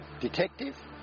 detective